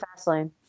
Fastlane